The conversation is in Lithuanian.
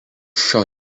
šio